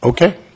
Okay